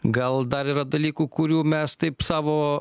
gal dar yra dalykų kurių mes taip savo